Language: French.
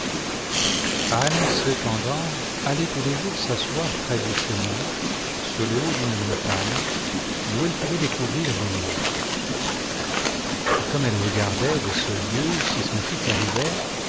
cependant allait tous les jours s'asseoir près du chemin sur le haut d'une montagne d'où elle pouvait découvrir de loin et comme elle regardait de ce lieu si son fils